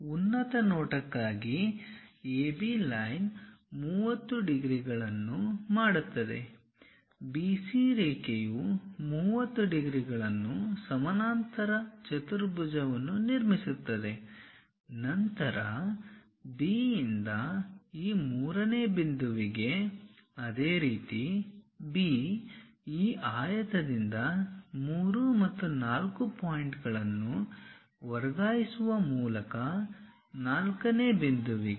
ಉನ್ನತ ನೋಟಕ್ಕಾಗಿ AB line 30 ಡಿಗ್ರಿಗಳನ್ನು ಮಾಡುತ್ತದೆ BC ರೇಖೆಯು 30 ಡಿಗ್ರಿಗಳನ್ನು ಸಮಾನಾಂತರ ಚತುರ್ಭುಜವನ್ನು ನಿರ್ಮಿಸುತ್ತದೆ ನಂತರ B ಯಿಂದ ಈ ಮೂರನೇ ಬಿಂದುವಿಗೆ ಅದೇ ರೀತಿ B ಈ ಆಯತದಿಂದ 3 ಮತ್ತು 4 ಪಾಯಿಂಟ್ಗಳನ್ನು ವರ್ಗಾಯಿಸುವ ಮೂಲಕ ನಾಲ್ಕನೇ ಬಿಂದುವಿಗೆ